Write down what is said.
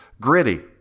Gritty